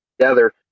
together